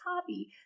hobby